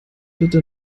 bitte